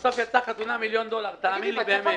ובסוף יצאה חתונה מיליון דולר, באמת.